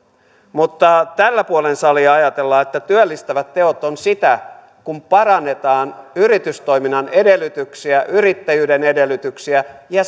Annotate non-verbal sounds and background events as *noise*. mutta tällä puolen salia ajatellaan että työllistävät teot ovat sitä kun parannetaan yritystoiminnan edellytyksiä yrittäjyyden edellytyksiä ja *unintelligible*